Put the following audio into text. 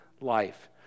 life